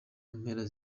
mpera